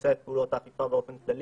לבצע את פעולות האכיפה באופן כללי,